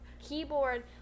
keyboard